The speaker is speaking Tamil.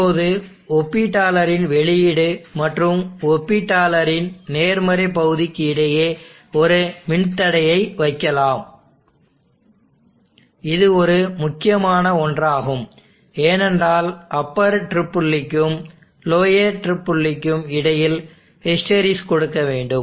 இப்போது ஒப்பீட்டாளரின் வெளியீடு மற்றும் ஒப்பீட்டாளரின் நேர்மறை பகுதிக்கு இடையே ஒரு மின்தடையை வைக்கலாம் இது ஒரு முக்கியமான ஒன்றாகும் ஏனென்றால் அப்பர் ட்ரிப் புள்ளிக்கும் லோயர் ட்ரிப் புள்ளிக்கும் இடையில் ஹிஸ்டெறிசிஸ் கொடுக்க வேண்டும்